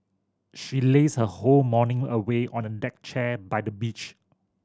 she lazed her whole morning away on a deck chair by the beach